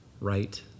right